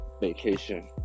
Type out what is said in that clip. vacation